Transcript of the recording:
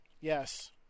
Yes